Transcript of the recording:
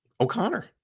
O'Connor